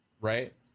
right